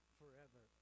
forever